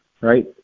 Right